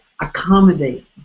accommodate